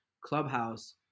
clubhouse